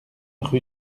rue